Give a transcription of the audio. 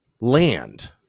land